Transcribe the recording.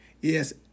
Yes